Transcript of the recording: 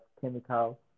chemical